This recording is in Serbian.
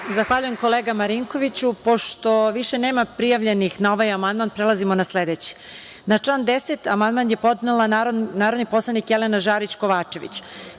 Zahvaljujem, kolega Marinkoviću. Pošto više nema prijavljenih na ovaj amandman, prelazimo na sledeći. Na član 10. amandman je podnela narodni poslanik Jelena Žarić